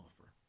offer